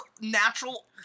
natural